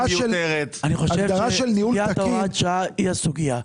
אני חושב שהוראת שעה היא הסוגייה.